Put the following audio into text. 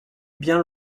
bien